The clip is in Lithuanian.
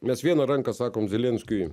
mes viena ranka sakom zelenskiui